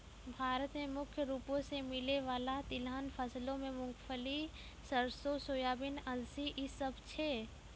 भारत मे मुख्य रूपो से मिलै बाला तिलहन फसलो मे मूंगफली, सरसो, सोयाबीन, अलसी इ सभ छै